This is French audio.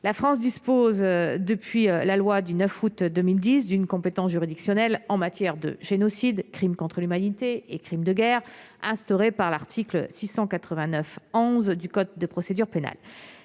la France dispose depuis la loi du 9 août 2010 d'une compétence juridictionnelle en matière de génocide, crimes contre l'humanité et crimes de guerre, instaurée par l'article 689 11 du code de procédure pénale,